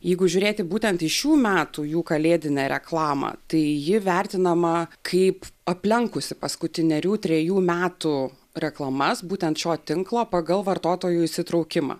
jeigu žiūrėti būtent į šių metų jų kalėdinę reklamą tai ji vertinama kaip aplenkusi paskutinerių trejų metų reklamas būtent šio tinklo pagal vartotojų įsitraukimą